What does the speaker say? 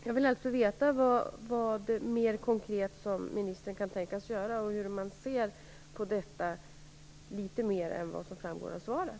Jag vill alltså veta vad ministern mer konkret kan tänka sig att göra och hur man ser på detta, utöver det som framgår av svaret.